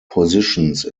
positions